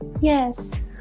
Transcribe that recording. yes